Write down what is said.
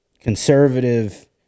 conservative